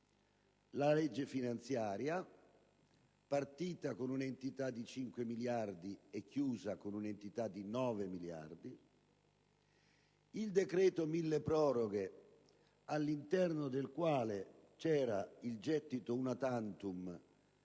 la legge finanziaria, partita con un'entità di 5 miliardi e chiusa con un'entità di 9 miliardi; il decreto mille proroghe, all'interno del quale vi era il gettito *una tantum*